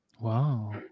Wow